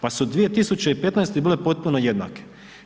Pa su 2015. bile potpuno jednake.